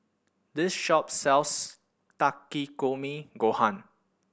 this shop sells Takikomi Gohan